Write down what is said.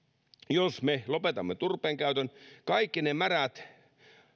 jos me lopetamme turpeen käytön kaikki ne märät